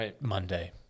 Monday